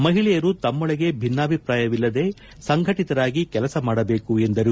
ಮಹಿಳೆಯರು ತಮ್ಮೊಳಗೆ ಭಿನ್ನಾಭಿಪ್ರಾಯವಿಲ್ಲದೇ ಸಂಘಟಿತರಾಗಿ ಕೆಲಸ ಮಾಡಬೇಕು ಎಂದರು